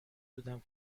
بودم